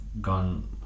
Gone